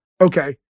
Okay